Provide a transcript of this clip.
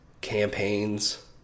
campaigns